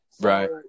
Right